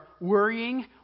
worrying